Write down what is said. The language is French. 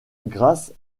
grâce